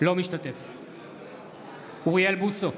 אינו משתתף בהצבעה אוריאל בוסו,